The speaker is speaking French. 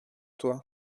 toi